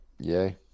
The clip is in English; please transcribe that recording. Yay